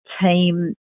team